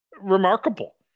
remarkable